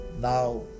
Now